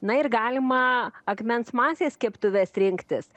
na ir galima akmens masės keptuves rinktis